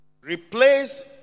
replace